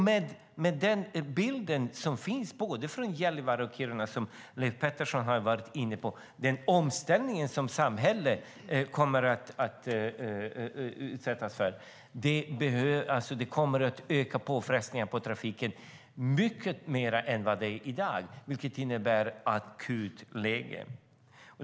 Med den bild som finns både i Gällivare och i Kiruna, som Leif Pettersson har varit inne på, av den omställning som samhället kommer att utsättas för är att den kommer att öka påfrestningarna på trafiken. Det innebär att läget är akut.